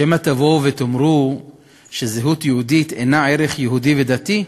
שמא תבואו ותאמרו שזהות יהודית אינה ערך יהודי ודתי?